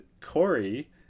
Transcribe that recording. Corey